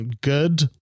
good